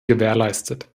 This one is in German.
gewährleistet